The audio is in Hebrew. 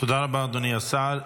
אדוני השר.